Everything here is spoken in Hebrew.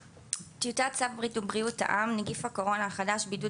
טיוטת צו בריאות העם (נגיף הקורונה החדש)(בידוד